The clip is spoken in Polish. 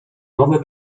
nowe